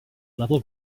level